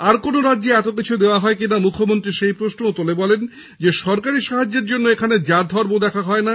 আর কোনো রাজ্যে এতকিছু দেওয়া হয় কিনা মুখ্যমন্ত্রী সেই প্রশ্নও তুলে বলেন সরকারি সাহায্যের জন্য এখানে জাত ধর্ম দেখা হয়না